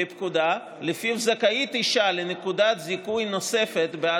שלפיו זכאית אישה לנקודת זיכוי נוספת בעד,